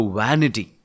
vanity